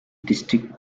district